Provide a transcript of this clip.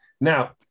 now